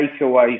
takeaway